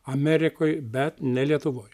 amerikoj bet ne lietuvoj